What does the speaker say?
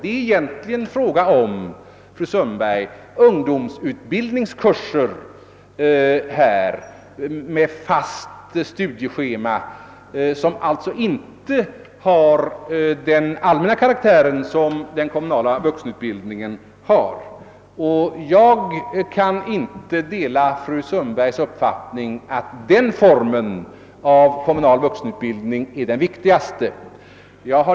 Det är egentligen ungdomsutbildningskurser med fast studieschema, fru Sundberg, och de har inte samma allmänna karaktär som den kommunala vuxenutbildningen. Jag kan inte dela fru Sundbergs uppfattning att den formen av kommunal vuxenutbildning är den viktigaste.